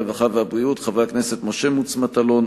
הרווחה והבריאות: חברי הכנסת משה מטלון,